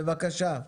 בבקשה.